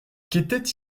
qu’était